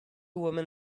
women